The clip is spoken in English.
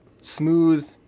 smooth